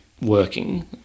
working